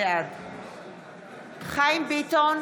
בעד חיים ביטון,